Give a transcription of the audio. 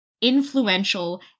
influential